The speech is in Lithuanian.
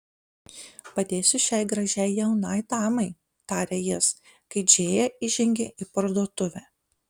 padėsiu šiai gražiai jaunai damai tarė jis kai džėja įžengė į parduotuvę